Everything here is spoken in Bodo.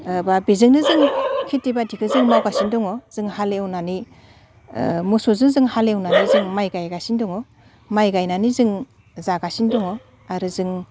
बा बेजोंनो जोङो खिथि बाथिखो जों लागासिनो दङ जों हालएवनानै मोसौजो जों हालएवनानै जों माइ गायगासिनो दङ माइ गायनानै जों जागासिनो दङ आरो जों